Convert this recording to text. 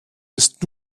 ist